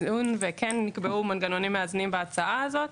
נקבעו מנגנונים מאזנים בהצעה הזאת,